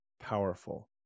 powerful